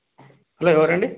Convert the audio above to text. hello ఎవరండి